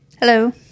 Hello